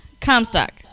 Comstock